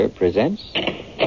presents